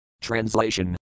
Translation